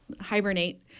hibernate